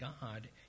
God